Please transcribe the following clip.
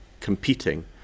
competing